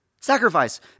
Sacrifice